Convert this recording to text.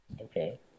okay